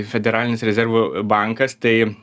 federalinis rezervų bankas tai